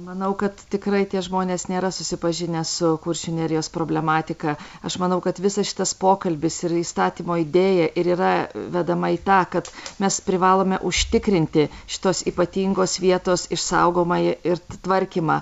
manau kad tikrai tie žmonės nėra susipažinę su kuršių nerijos problematika aš manau kad visas šitas pokalbis ir įstatymo idėja ir yra vedama į tą kad mes privalome užtikrinti šitos ypatingos vietos išsaugomąją ir tvarkymą